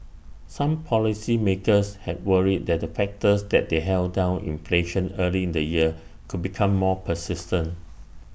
some policymakers had worried that the factors that they held down inflation early in the year could become more persistent